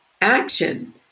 action